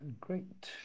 Great